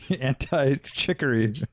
anti-chicory